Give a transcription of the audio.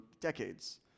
decades